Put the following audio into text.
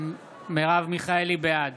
בעד